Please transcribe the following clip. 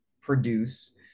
produce